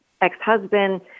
ex-husband